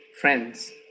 friends